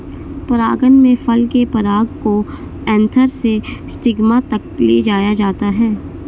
परागण में फल के पराग को एंथर से स्टिग्मा तक ले जाया जाता है